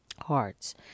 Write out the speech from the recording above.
hearts